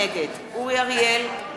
נגד אורי אריאל,